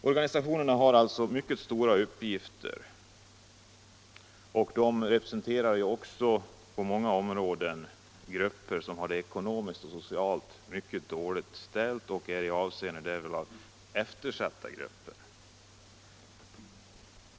Organisationerna har alltså mycket stora uppgifter och representerar på många områden grupper som har det ekonomiskt och socialt mycket dåligt ställt och som i många avseenden är eftersatta grupper.